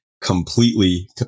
completely